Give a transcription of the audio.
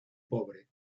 pobre